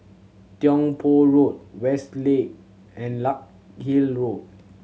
Tiong Poh Road Westgate and Larkhill Road